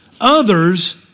others